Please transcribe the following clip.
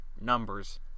numbers